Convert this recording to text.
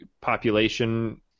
population